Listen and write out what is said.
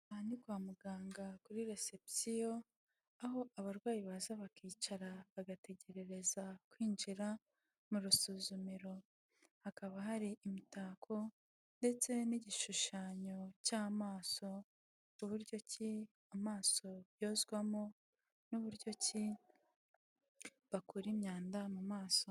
Aha ni kwa muganga kuri reception aho abarwayi baza bakicara bagategerereza kwinjira mu rusuzumero, hakaba hari imitako ndetse n'igishushanyo cy'amaso, uburyo ki amaso yozwamo n'uburyo ki bakura imyanda mu maso.